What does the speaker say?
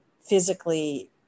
physically